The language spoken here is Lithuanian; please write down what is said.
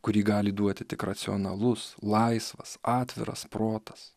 kurį gali duoti tik racionalus laisvas atviras protas